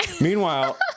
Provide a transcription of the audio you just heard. Meanwhile